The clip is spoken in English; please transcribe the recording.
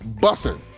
Bussin